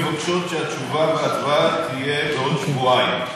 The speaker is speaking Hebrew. נאמר לי שהן מבקשות שהתשובה וההצבעה יהיו בעוד שבועיים,